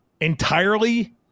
entirely